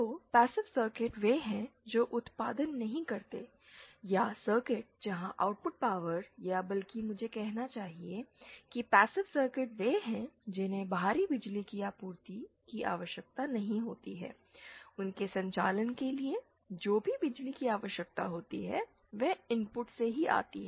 तो passive circuit वे हैं जो उत्पादन नहीं करते हैं या सर्किट जहां आउटपुट पावर या बल्कि मुझे यह कहना चाहिए कि पासिव सर्किट वे हैं जिन्हें बाहरी बिजली की आपूर्ति की आवश्यकता नहीं होती है उनके संचालन के लिए जो भी बिजली की आवश्यकता होती है वह इनपुट से ही आती है